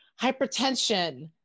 hypertension